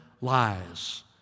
lies